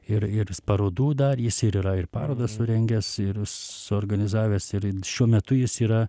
ir ir parodų dar jis ir yra ir parodą surengęs ir suorganizavęs ir šiuo metu jis yra